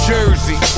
Jersey